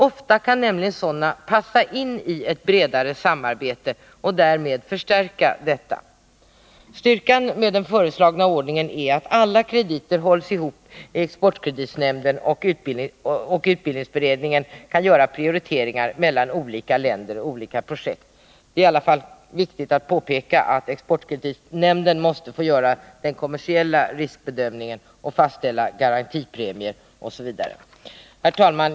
Ofta kan nämligen sådana passa in i ett bredare samarbete och därmed förstärka detta. Styrkan med den föreslagna ordningen är att alla krediter hålls ihop i exportkreditnämnden, och utbildningsberedningen kan göra prioriteringar mellan olika länder och olika projekt. Det är viktigt att påpeka att exportkreditnämnden måste få göra den kommersiella riskbedömningen, fastställa garantipremier, osv. Herr talman!